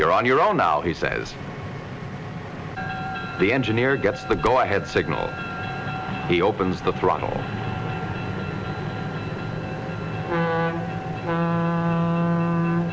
you're on your own now he says the engineer gets the go ahead signal he opens the throttle